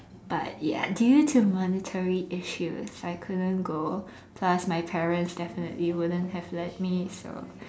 but ya due to monetary issues I couldn't go plus my parents definitely wouldn't have let me so